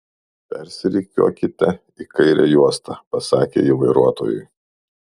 persirikiuokite į kairę juostą pasakė ji vairuotojui